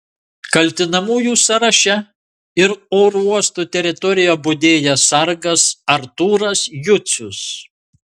kaltinamųjų sąraše ir oro uosto teritorijoje budėjęs sargas artūras jucius